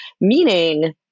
Meaning